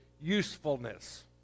usefulness